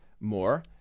more